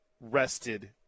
rested